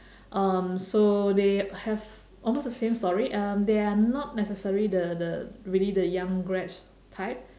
um so they have almost the same story um they are not necessary the the really the young grads type